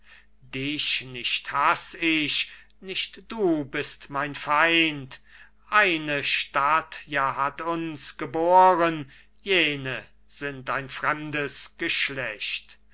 dich nicht hass ich nicht du bist mein feind eine stadt ja hat uns geboren jene sind ein fremdes geschlecht